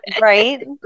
right